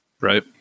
Right